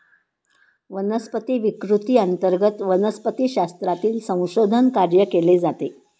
वनस्पती विकृती अंतर्गत वनस्पतिशास्त्रातील संशोधन कार्य केले जाते